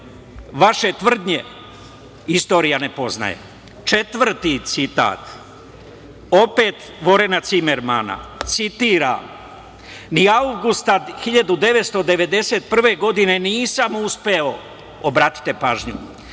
vaše tvrdnje istorija ne poznaje. Četvrti citat, opet Vorena Cimerana, citiram – ni avgusta 1991. godine nisam uspeo, obratite pažnju,